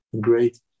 great